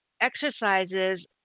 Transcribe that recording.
exercises